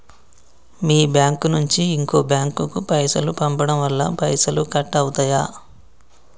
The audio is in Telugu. మీ బ్యాంకు నుంచి ఇంకో బ్యాంకు కు పైసలు పంపడం వల్ల పైసలు కట్ అవుతయా?